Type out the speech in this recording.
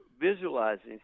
visualizing